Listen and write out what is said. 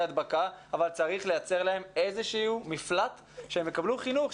הדבקה אבל צריך לייצר להם איזשהו מפלט שהם יקבלו חינוך,